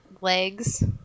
legs